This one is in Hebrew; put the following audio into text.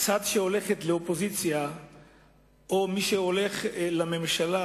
צד שהולך לאופוזיציה או שהולך לממשלה,